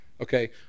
Okay